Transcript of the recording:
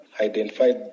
identified